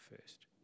first